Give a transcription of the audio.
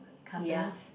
castles